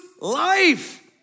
life